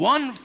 One